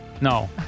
No